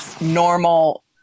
normal